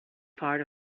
part